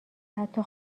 حتی